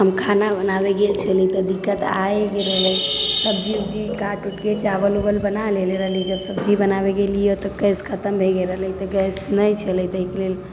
हम खाना बनाबै गेल छलि तऽ दिक्कत आइ रहलै सब्जी वब्जी काटि उटके चावल वावल बना लेले रहलि जब सब्जी बनाबै गेलियै तऽ गैस खतम भऽ गेल रहलै तऽ गैस नहि छलै तहिके लेल